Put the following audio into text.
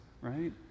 right